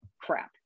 crap